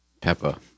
Peppa